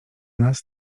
nas